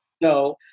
No